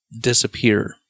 disappear